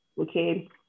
Okay